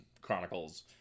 Chronicles